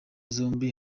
zombi